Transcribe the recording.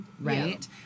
right